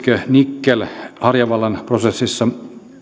nickel harjavallan prosessissa